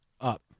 Up